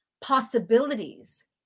possibilities